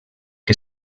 que